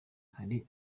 hari